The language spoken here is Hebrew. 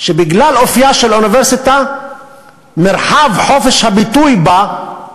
שבגלל אופייה של אוניברסיטה מרחב חופש הביטוי בה,